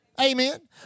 Amen